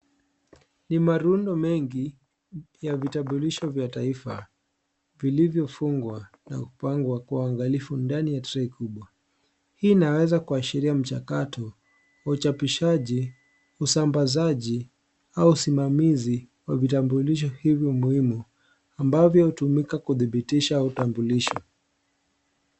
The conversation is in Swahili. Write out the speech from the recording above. Ni marundo mengi, ya vitambulisho vya taifa, vilivyofungwa na kupangwa kwa uangalifu ndani ya trai kubwa. Hii inaweza kuashiria, mchakato wa uchapishaji, usambazaji au usimamizi wa vitambulisho hivyo muhimu, ambavyo hutumika kudhibitisha utambulisho.